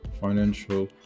financial